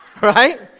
right